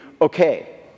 okay